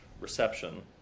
reception